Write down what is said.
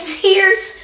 tears